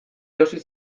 josi